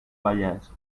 vallès